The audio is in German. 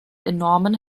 enormen